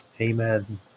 Amen